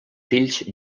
fills